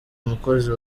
umukozi